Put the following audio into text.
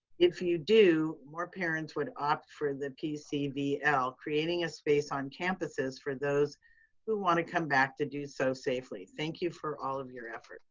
if you do, more parents would opt for the pcvl, creating a space on campuses for those who want to come back to do so safely. thank you for all of your efforts